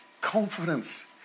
confidence